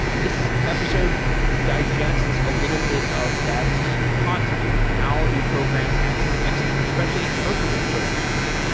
this episode digests a little bit of that content. how do programs actually execute, especially interpreted programs,